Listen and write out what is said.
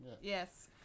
Yes